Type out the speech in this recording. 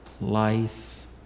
life